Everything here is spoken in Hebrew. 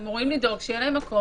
הם אמורים לדאוג שיהיה להם מקום.